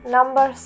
Number